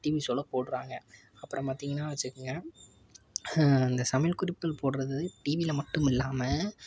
TV ஷோவில் போடுறாங்க அப்புறம் பார்த்தீங்கன்னா வச்சுக்கோங்க இந்த சமையல் குறிப்புகள் போடுறது டிவியில் மட்டும் இல்லாமல்